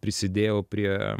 prisidėjau prie